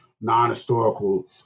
non-historical